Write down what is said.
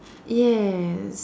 yes